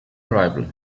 arrival